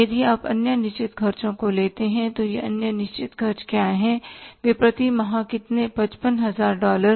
यदि आप अन्य निश्चित खर्चों को लेते हैं तो ये अन्य निश्चित खर्च क्या हैं वे प्रति माह कितने थे 55000 डॉलर